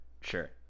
Sure